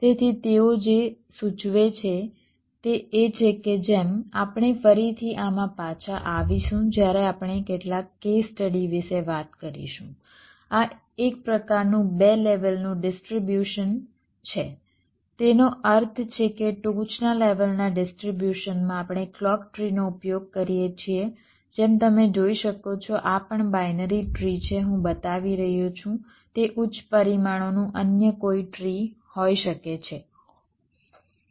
તેથી તેઓ જે સૂચવે છે તે એ છે કે જેમ આપણે ફરીથી આમાં પાછા આવીશું જ્યારે આપણે કેટલાક કેસ સ્ટડી વિશે વાત કરીશું આ એક પ્રકારનું 2 લેવલનું ડીસ્ટ્રીબ્યુશન છે તેનો અર્થ એ છે કે ટોચના લેવલના ડીસ્ટ્રીબ્યુશનમાં આપણે ક્લૉક ટ્રીનો ઉપયોગ કરીએ છીએ જેમ તમે જોઈ શકો છો આ પણ બાઈનરી ટ્રી છે હું બતાવી રહ્યો છું તે ઉચ્ચ પરિમાણોનું અન્ય કોઈ ટ્રી હોઈ શકે છે